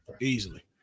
Easily